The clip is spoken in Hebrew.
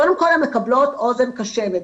קודם כל הן מקבלות אוזן קשבת,